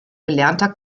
gelernter